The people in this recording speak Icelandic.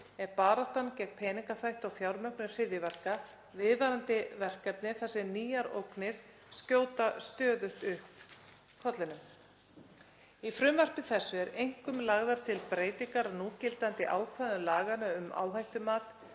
er baráttan gegn peningaþvætti og fjármögnun hryðjuverka viðvarandi verkefni þar sem nýjar ógnir skjóta stöðugt upp kollinum. Í frumvarpi þessu eru einkum lagðar til breytingar á núgildandi ákvæðum laganna um áhættumat,